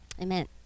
Amen